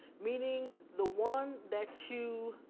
meaning the one that you,